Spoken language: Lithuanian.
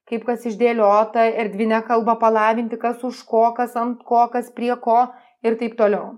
kaip kas išdėliota erdvinę kalbą palavinti kas už ko kas ant ko kas prie ko ir taip toliau